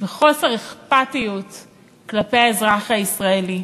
וחוסר אכפתיות כלפי האזרח הישראלי.